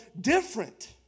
different